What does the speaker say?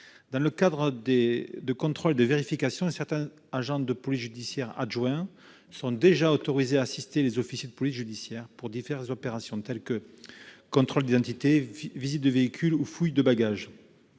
Dans le cadre de contrôles et de vérifications, certains agents de police judiciaire adjoints, ou APJA, sont déjà autorisés à assister les officiers de police judiciaire pour diverses opérations- contrôle d'identité, visite de véhicule ou fouille de bagages.